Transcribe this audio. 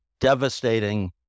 devastating